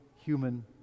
human